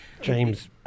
James